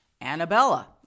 Annabella